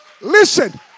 Listen